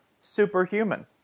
superhuman